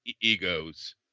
egos